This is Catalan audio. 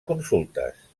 consultes